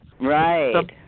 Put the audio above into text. Right